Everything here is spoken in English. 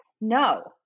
No